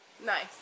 Nice